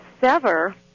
sever